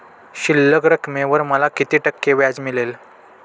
शिल्लक रकमेवर मला किती टक्के व्याज मिळेल?